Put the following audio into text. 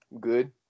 good